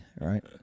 right